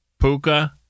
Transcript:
Puka